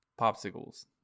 popsicles